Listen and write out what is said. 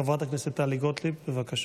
חברת הכנסת טלי גוטליב, בבקשה.